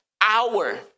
hour